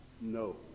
no